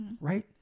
right